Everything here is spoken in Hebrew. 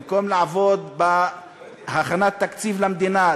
במקום לעבוד בהכנת תקציב למדינה,